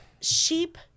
sheep